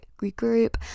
regroup